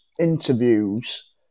interviews